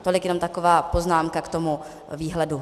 Tolik jenom taková poznámka k tomu výhledu.